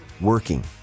working